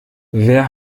wer